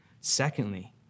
Secondly